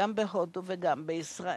גם בהודו וגם בישראל.